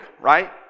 right